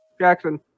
Jackson